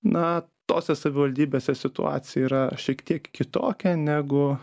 na tose savivaldybėse situacija yra šiek tiek kitokia negu